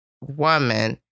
woman